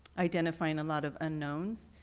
identifying a lot of unknowns.